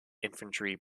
infantry